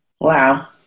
Wow